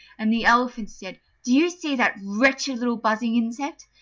and the elephant said, do you see that wretched little buzzing insect?